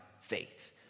faith